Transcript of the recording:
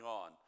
on